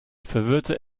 verwirrte